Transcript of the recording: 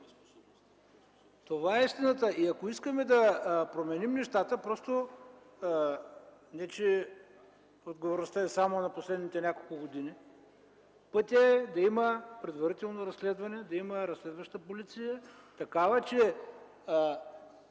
това е истината. Ако искаме да променим нещата... Отговорността не е само на последните няколко години. Пътят е да има предварително разследване, да има разследваща полиция, та